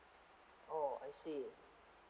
oh I see